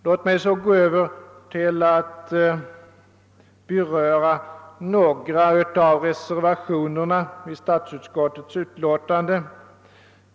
Låt mig så gå över till att beröra några av reservationerna vid statsutskottets utlåtande.